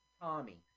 Tommy